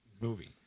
movie